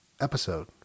episode